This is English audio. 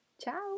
ciao